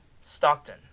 Stockton